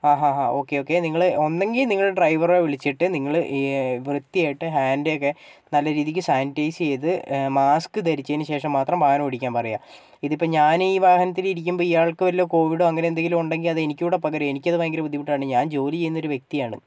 okay okay നിങ്ങൾ ഒന്ന് ഒന്നുകിൽ നിങ്ങളുടെ ഡ്രൈവറെ വിളിച്ചിട്ട് നിങ്ങൾ വൃത്തിയായിട്ട് ഹാൻഡൊക്കെ നല്ല രീതിക്ക് സാനിറ്റൈസ് ചെയ്ത് മാസ്ക് ധരിച്ചതിനുശേഷം മാത്രം വാഹനം ഓടിക്കാൻ പറയുക ഇതിപ്പോൾ ഞാൻ ഈ വാഹനത്തിൽ ഇരിക്കുമ്പോൾ ഇയാൾക്ക് വല്ല കോവിഡോ വല്ലതും ഉണ്ടെങ്കിൽ അതെനിക്ക് കൂടെ പകരും എനിക്കത് ഭയങ്കര ബുദ്ധിമുട്ടാണ് ഞാൻ ജോലി ചെയ്യുന്ന ഒരു വ്യക്തിയാണ്